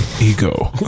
ego